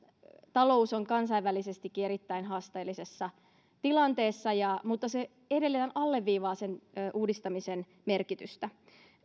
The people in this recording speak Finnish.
talous on kansainvälisestikin erittäin haasteellisessa tilanteessa mutta se edelleen alleviivaa sen uudistamisen merkitystä